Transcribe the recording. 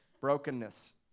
Brokenness